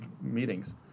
meetings